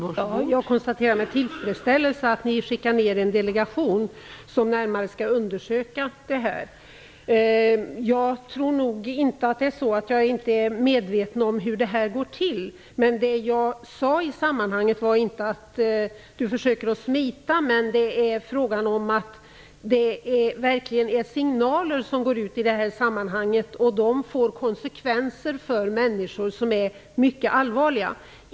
Fru talman! Jag konstaterar med tillfredsställelse att ni skickar ner en delegation som närmare skall undersöka läget. Det är inte så att jag inte är medveten om hur det går till. Det jag sade i sammanhanget var inte att statsrådet försöker att smita. Det är fråga om att det går ut signaler, och det får konsekvenser för människor som är mycket allvarliga.